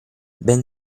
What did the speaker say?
ben